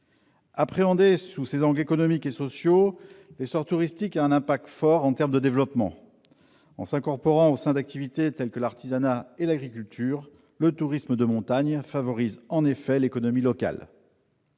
Appréhendé sous ses angles économiques et sociaux, l'essor touristique a un impact fort en termes de développement. En s'incorporant au sein d'activités telles que l'artisanat et l'agriculture, le tourisme de montagne favorise en effet l'économie locale.